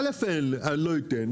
א, אני לא אתן.